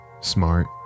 smart